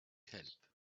help